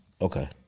Okay